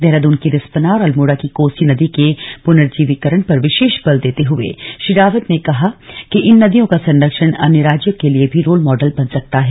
देहरादून की रिस्पना और अल्मोड़ा की कोसी नदी के पुनर्जीवीकरण पर विशेष बल देते हुए श्री रावत ने कहा कि इन नदियों का संरक्षण अन्य राज्यों के लिए भी रोल मॉडल बन सकता है